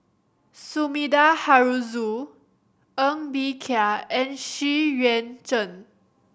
Sumida Haruzo Ng Bee Kia and Xu Yuan Zhen